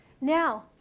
Now